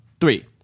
three